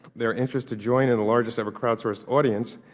their interest to join in the largest ever crowd sourced audience,